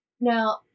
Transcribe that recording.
Now